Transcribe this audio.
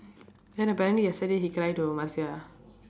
then apparently yesterday he cry to marcia